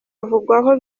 avugwaho